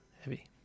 heavy